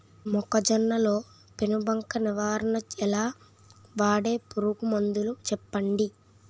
మొక్కజొన్న లో పెను బంక నివారణ ఎలా? వాడే పురుగు మందులు చెప్పండి?